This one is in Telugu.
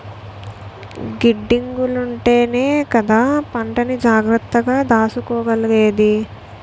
గిడ్డంగులుంటేనే కదా పంటని జాగ్రత్తగా దాసుకోగలిగేది?